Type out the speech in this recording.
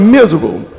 miserable